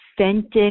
authentic